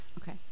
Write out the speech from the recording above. Okay